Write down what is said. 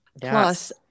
Plus